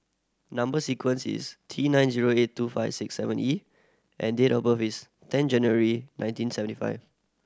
number sequence is T nine zero eight two five six seven E and date of birth is ten January nineteen seventy five